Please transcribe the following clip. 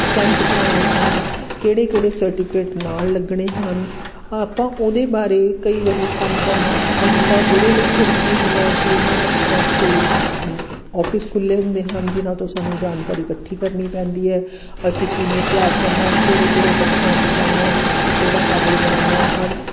stamp ਕਰਵਾਉਣੇ ਹਨ ਕਿਹੜੇ ਕਿਹੜੇ ਸਰਟੀਫਿਕੇਟ ਨਾਲ ਲੱਗਣੇ ਹਨ ਆਪਾਂ ਉਹਦੇ ਬਾਰੇ ਕਈ ਵਾਰੀ ਕੰਮ ਕਰਨਾ ਔਖਾ ਹੋ ਜਾਂਦਾ ਉਹਦੇ ਲਈ ਫਿਰ ਕੀ ਹੁੰਦਾ ਹੈ ਕਿ ਉਹਨਾਂ ਦਫਤਰਾਂ 'ਚ ਕਈ ਔਫਿਸ ਖੁੱਲ੍ਹੇ ਹੁੰਦੇ ਹਨ ਜਿਨ੍ਹਾਂ ਤੋਂ ਸਾਨੂੰ ਜਾਣਕਾਰੀ ਇਕੱਠੀ ਕਰਨੀ ਪੈਂਦੀ ਹੈ ਅਸੀਂ ਕਿਵੇਂ ਤਿਆਰ ਕਰਨਾ ਕਿਹੜੇ ਕਿਹੜੇ ਦਫਤਰਾਂ 'ਚ ਜਾਣਾ ਹੈ ਕਿੱਥੋਂ ਕਿਹੜਾ ਕਾਗਜ਼ ਬਣਾਉਣਾ ਹੈ ਹਰ